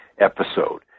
episode